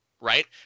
right